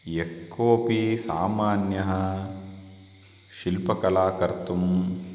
यः कोपि सामान्यां शिल्पकलां कर्तुम्